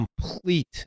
complete